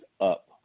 up